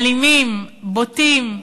אלימים, בוטים,